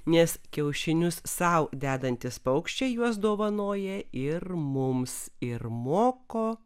nes kiaušinius sau dedantys paukščiai juos dovanoja ir mums ir moko